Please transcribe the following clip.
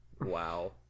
wow